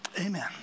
amen